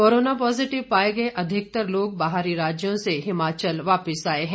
corona positive पाए गए अधिकतर लोग बाहरी राज्यों से हिमाचल वापस लौटे हैं